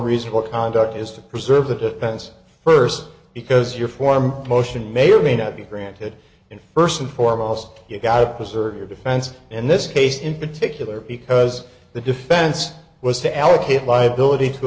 reasonable conduct is to preserve the defense first because your form of motion may or may not be granted in first and foremost you've got to preserve your defense in this case in particular because the defense was to allocate liability to